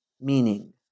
Meaning